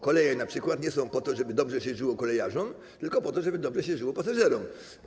Koleje np. nie są po to, żeby dobrze się żyło kolejarzom, tylko po to, żeby dobrze się żyło pasażerom.